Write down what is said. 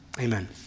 Amen